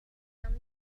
down